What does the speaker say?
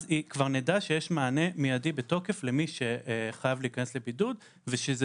אז כבר נדע שיש מענה מיידי בתוקף למי שחייב להיכנס לבידוד ושזה